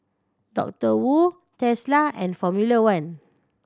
Doctor Wu Tesla and Formula One